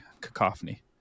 cacophony